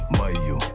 mayo